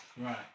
Right